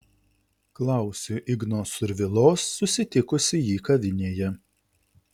klausiu igno survilos susitikusi jį kavinėje